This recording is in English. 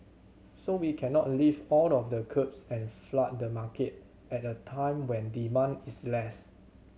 so we cannot lift all of the curbs and flood the market at a time when demand is less